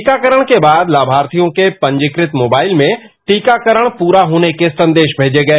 टीकाकरण के बाद लाभार्थियों के पंजीकृत मोबाइल में टीकाकरण पूरा होने के संदेश मिल गए